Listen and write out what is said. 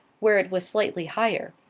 where it was slightly higher.